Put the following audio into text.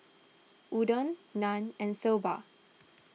Oden Naan and Soba